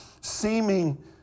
seeming